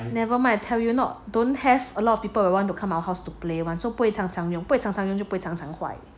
never mind tell you not don't have a lot of people will want to come out how to play one 不会常常用就不会常常坏